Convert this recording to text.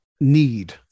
need